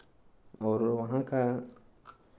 और वो वहाँ का